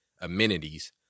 amenities